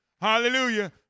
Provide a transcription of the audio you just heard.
Hallelujah